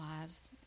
lives